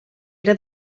era